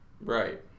right